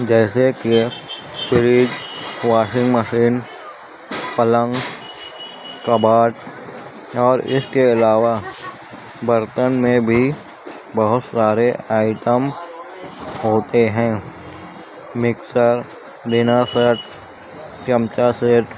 جیسے کہ fridge washing machine پلنگ کباڈ اور اس کے علاوہ برتن میں بھی بہت سارے آئٹم ہوتے ہیں مکسر ڈنر سیٹ چمچا سیٹ